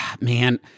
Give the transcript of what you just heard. man